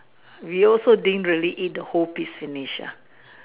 we also doing the real eat the whole piece a Asia